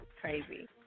Crazy